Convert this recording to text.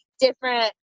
different